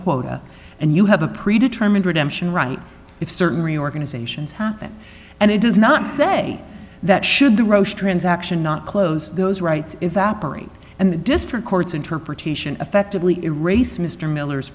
quota and you have a pre determined redemption right if certain reorganizations happen and it does not say that should the roche transaction not close those rights evaporate and the district court's interpretation affectively erase mr miller